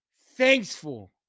thankful